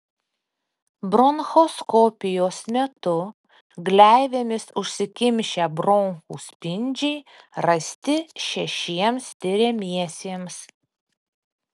bronchoskopijos metu gleivėmis užsikimšę bronchų spindžiai rasti šešiems tiriamiesiems